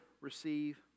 receive